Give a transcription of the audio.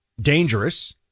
dangerous